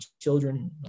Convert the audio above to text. children